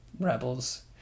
rebels